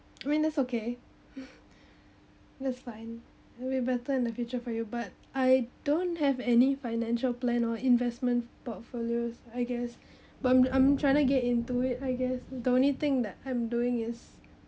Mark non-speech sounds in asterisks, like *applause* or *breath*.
I mean that's okay that's fine probably better in the future for you but I don't have any financial plan or investment portfolios I guess *breath* but I'm I'm trying to get into it I guess the only thing that I'm doing is